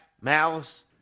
malice